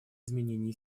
изменений